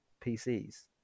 PCs